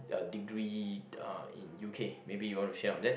a degree uh in U_K maybe you want to share on that